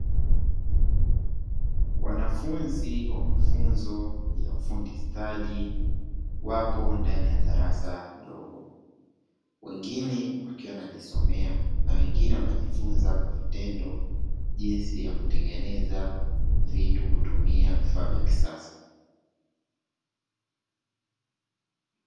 Wanafunzi wa mafunzo ya ufundi stadi wapo ndani ya darasa dogo, wengine wakiwa wanajisomea na wengine wanajifunza kwa vitendo jinsi ya kutengeneza vitu kutumia vifaa vya kisasa.